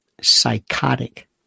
psychotic